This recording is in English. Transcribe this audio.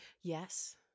Yes